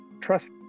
Trust